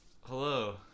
hello